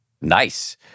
nice